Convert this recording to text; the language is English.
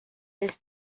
this